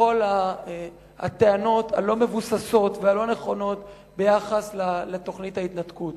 בכל הטענות הלא-מבוססות והלא-נכונות ביחס לתוכנית ההתנתקות.